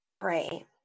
Pray